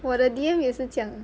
我的 D_M 也是这样的